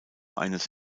eines